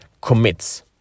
commits